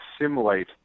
simulate